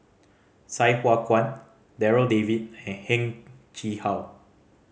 Sai Hua Kuan Darryl David and Heng Chee How